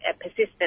persistent